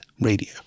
radio